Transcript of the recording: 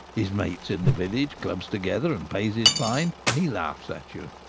his mates in the village clubs together and pays his fine, and he laughs at you.